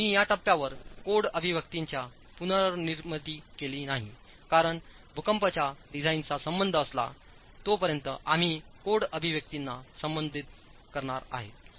मी या टप्प्यावर कोड अभिव्यक्त्यांची पुनर्निर्मिती केली नाही कारण भूकंपाच्या डिझाइनचा संबंध असला तोपर्यंत आम्ही कोड अभिव्यक्तींना संबोधित करणार आहोत